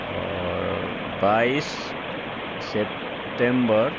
आओर बाइस सेप्टेम्बर